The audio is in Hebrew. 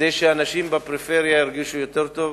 כדי שאנשים בפריפריה ירגישו יותר טוב.